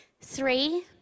Three